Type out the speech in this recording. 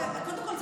הכול טוב.